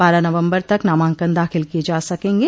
बारह नवम्बर तक नामांकन दाखिल किये जा सकेंगे